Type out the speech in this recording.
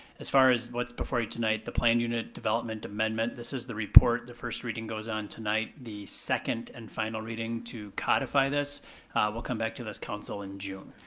as far as what's before you tonight, the planned unit development amendment, this is the report, the first reading goes on tonight, the second and final reading to codify this will come back to this council in june.